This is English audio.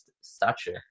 stature